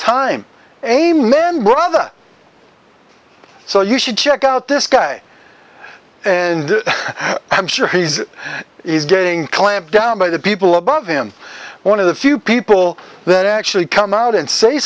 time amen brother so you should check out this guy and i'm sure he's is getting clamped down by the people above him one of the few people that actually come out and say